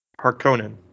Harkonnen